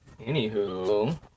Anywho